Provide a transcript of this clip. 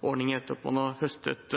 ordning etter at man har høstet